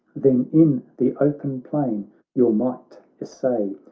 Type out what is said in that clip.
then in the open plain your might essay.